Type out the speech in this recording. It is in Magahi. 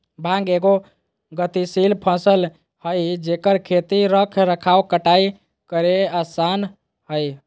भांग एगो गतिशील फसल हइ जेकर खेती रख रखाव कटाई करेय आसन हइ